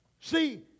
see